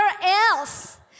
else